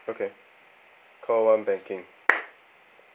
okay call one banking